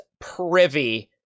privy